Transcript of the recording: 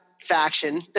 faction